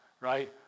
right